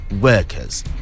workers